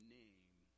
name